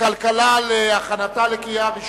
הכלכלה נתקבלה.